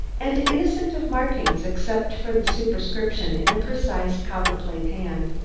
and innocent of markings except for the superscription in a precise, copperplate hand,